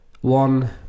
one